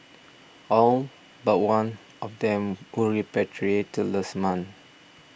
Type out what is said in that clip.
all but one of them were repatriated last month